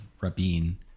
Rabin